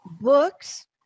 books